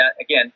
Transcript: again